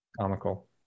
comical